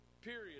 Period